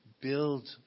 build